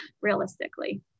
realistically